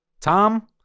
Tom